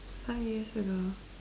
five years ago